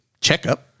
checkup